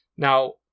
Now